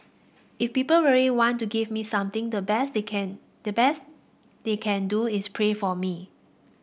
if people really want to give me something the best they can the best they can do is pray for me